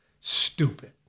Stupid